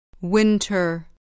Winter